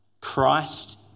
Christ